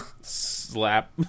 slap